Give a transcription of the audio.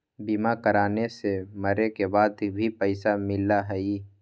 बीमा कराने से मरे के बाद भी पईसा मिलहई?